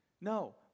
No